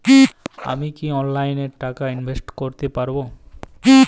আমি কি অনলাইনে টাকা ইনভেস্ট করতে পারবো?